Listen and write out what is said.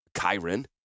Chiron